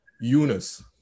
Eunice